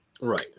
right